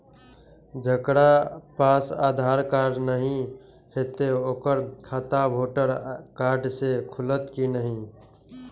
जकरा पास आधार कार्ड नहीं हेते ओकर खाता वोटर कार्ड से खुलत कि नहीं?